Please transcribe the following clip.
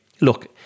Look